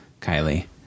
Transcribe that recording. kylie